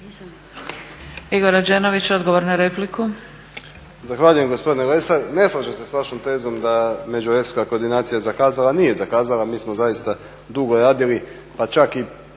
Gjurković, odgovor na repliku.